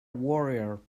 warrior